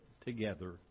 together